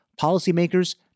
Policymakers